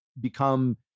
become